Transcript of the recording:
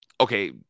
okay